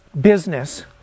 business